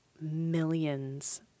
millions